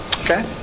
okay